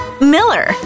Miller